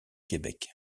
québec